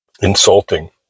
Insulting